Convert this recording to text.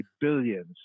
billions